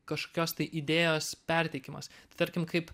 kažkokios tai idėjos perteikimas tarkim kaip